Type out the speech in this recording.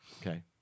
Okay